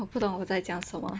我不懂我在讲什么